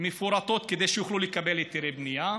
מפורטות כדי שיוכלו לקבל היתרי בנייה.